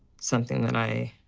something that i.